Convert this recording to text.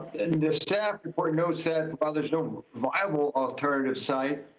and this tap report note said, well, there's no viable alternative site.